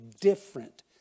different